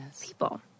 People